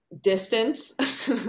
distance